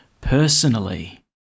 personally